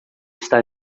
está